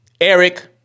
Eric